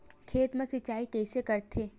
खेत मा सिंचाई कइसे करथे?